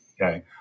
Okay